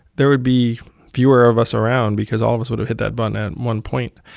there would be fewer of us around because all of us would've hit that button at one point.